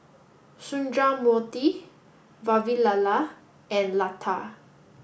Sundramoorthy Vavilala and Lata